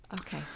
Okay